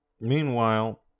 Meanwhile